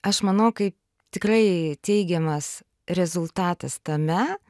aš manau kai tikrai teigiamas rezultatas tame